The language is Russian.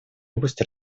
области